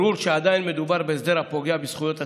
ברור שעדיין מדובר בהסדר הפוגע בזכויות הצרכנים,